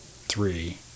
three